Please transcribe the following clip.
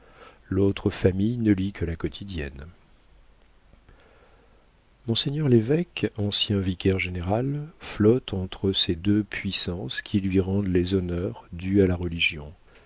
l'autre famille ne lit que la quotidienne monseigneur l'évêque ancien vicaire-général flotte entre ces deux puissances qui lui rendent les honneurs dus à la religion